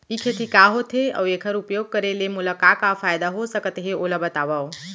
ई खेती का होथे, अऊ एखर उपयोग करे ले मोला का का फायदा हो सकत हे ओला बतावव?